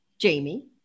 Jamie